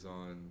on